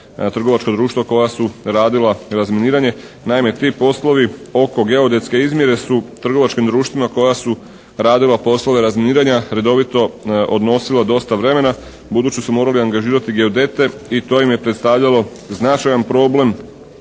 trgovačka društva koja su radila razminiranje. Naime ti poslovi oko geodetske izmjere su trgovačkim društvima koja su radila poslove razminiranja redovito odnosila dosta vremena budući su morali angažirati geodete. I to im je predstavljalo značajan problem